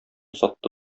сатты